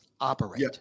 operate